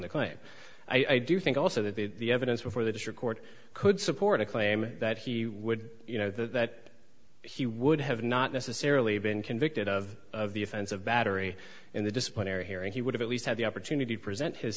the claim i do think also that the evidence before the district court could support a claim that he would you know that he would have not necessarily been convicted of the offense of battery in the disciplinary hearing he would have at least had the opportunity to present his